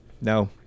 no